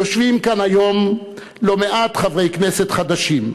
יושבים כאן היום לא מעט חברי כנסת חדשים.